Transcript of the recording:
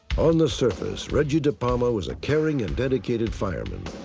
on the surface, reggie depalma was a caring and dedicated fireman.